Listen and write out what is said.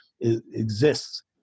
exists